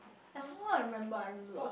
like somehow I remember I remember